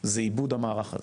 זה איבוד המערך הזה,